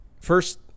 first